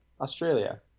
Australia